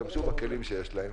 שישתמשו בכלים שיש להם.